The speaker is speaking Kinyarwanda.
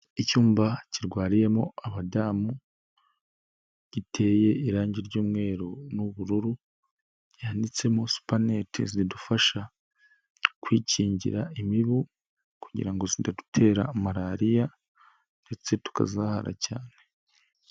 Icyumba kirwariyemo abadamu giteye irangi ry'umweru n'ubururu, gihanitsemo supaneti zidufasha kwikingira imibu kugira ngo zitadutera Malariya ndetse tukazahara cyane.